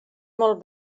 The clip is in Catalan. molt